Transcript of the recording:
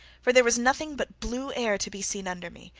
for there was nothing but blue air to be seen under me,